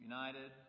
United